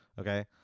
okay